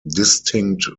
distinct